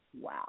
wow